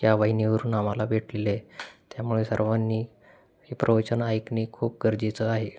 या वाहिनीवरून आम्हाला भेटलेली आहे त्यामुळे सर्वांनी हे प्रवचन ऐकणे खूप गरजेचं आहे